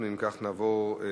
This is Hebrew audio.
אנחנו, אם כך, נעבור להצבעה